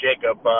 Jacob